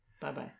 Bye-bye